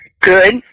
Good